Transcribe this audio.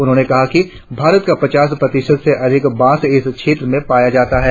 उन्होंने कहा कि भारत का पचास प्रतिशत से अधिक बॉस इस क्षेत्र में पाया जाता है